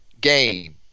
game